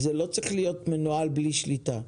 זה לא צריך להיות מנוהל ללא שליטה.